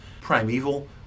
primeval